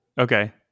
Okay